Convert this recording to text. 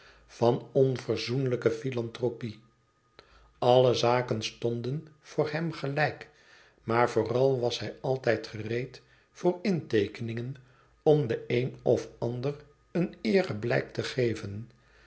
van onverzoenlijke philanthropie alle zaken stonden voor hem gelijk maar vooral was hij altijd gereed voor inteekeningen om den een of ander een eereblijk te geven